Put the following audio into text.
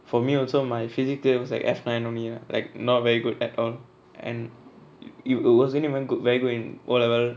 for me also my physics grade was like F nine only uh like not very good at all and it wasn't very good in well